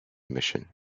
mission